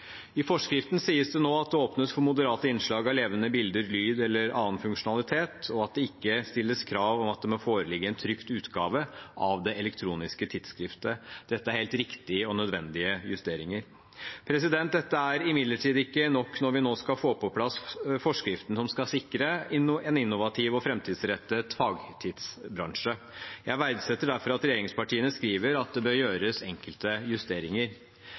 I forskriften sies det nå at det åpnes for moderate innslag av levende bilder, lyd eller annen funksjonalitet, og at det ikke stilles krav om at det må foreligge en trykt utgave av det elektroniske tidsskriftet. Dette er helt riktige og nødvendige justeringer. Dette er imidlertid ikke nok når vi nå skal få på plass forskriften som skal sikre en innovativ og framtidsrettet fagtidsskriftbransje. Jeg verdsetter derfor at regjeringspartiene skriver at det bør gjøres enkelte justeringer.